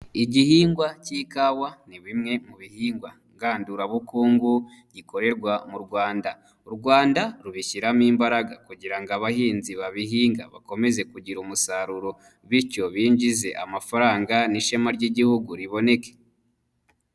Igihingwa k'ikawa ni bimwe mu bihingwa ngandurabukungu gikorerwa mu Rwanda. U Rwanda rubishyiramo imbaraga, kugira ngo abahinzi babihinga bakomeze kugira umusaruro, bityo binjize amafaranga n'ishema ry'igihugu riboneke.